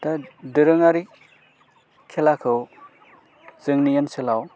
दा दोरोङारि खेलाखौ जोंनि ओनसोलाव